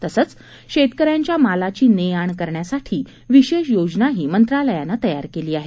तसंच शेतकऱ्यांच्या मलाची ने आण करण्यासाठी विशेष योजनाही मंत्रालयानं तयार केली आहे